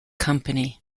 company